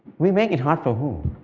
we make it hard for whom?